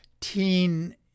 Teen